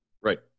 Right